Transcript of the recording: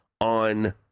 on